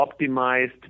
optimized